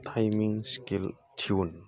timing scale tune